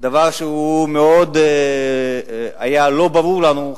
דבר שהיה מאוד לא ברור לנו,